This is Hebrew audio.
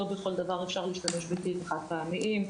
לא בכל דבר אפשר להשתמש בכלים חד פעמיים.